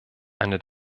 eine